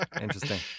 Interesting